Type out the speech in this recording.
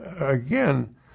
again